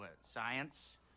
science